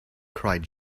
cried